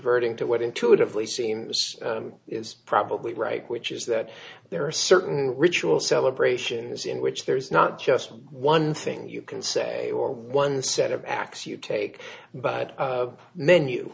adverting to what intuitively seems is probably right which is that there are certain ritual celebrations in which there is not just one thing you can say or one set of acts you take but a menu